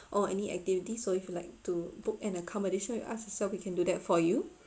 or any activity so if you like to book an accommodation with us yourself we can do that for you